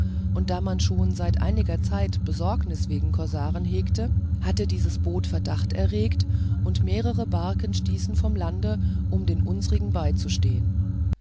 und da man schon seit einiger zeit besorgnisse wegen korsaren hegte hatte dieses boot verdacht erregt und mehrere barken stießen vom lande um den unsrigen beizustehen